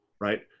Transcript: right